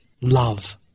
love